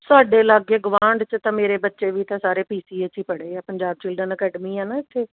ਸਾਡੇ ਲਾਗੇ ਗਵਾਂਢ 'ਚ ਤਾਂ ਮੇਰੇ ਬੱਚੇ ਵੀ ਤਾਂ ਸਾਰੇ ਪੀ ਸੀ ਏ 'ਚ ਹੀ ਪੜ੍ਹੇ ਆ ਪੰਜਾਬ ਚਿਲਡਰਨ ਅਕੈਡਮੀ ਆ ਨਾ ਇੱਥੇ